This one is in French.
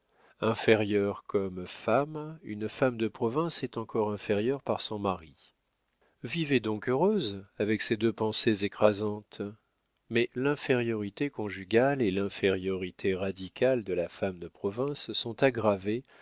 inférieure comme femme une femme de province est encore inférieure par son mari vivez donc heureuse avec ces deux pensées écrasantes mais l'infériorité conjugale et l'infériorité radicale de la femme de province sont aggravées